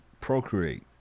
procreate